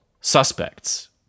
Suspects